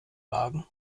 wagen